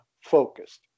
focused